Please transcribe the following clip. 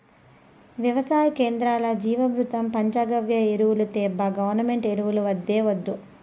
వెవసాయ కేంద్రాల్ల జీవామృతం పంచగవ్య ఎరువులు తేబ్బా గవర్నమెంటు ఎరువులు వద్దే వద్దు